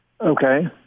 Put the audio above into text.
Okay